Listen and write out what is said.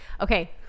okay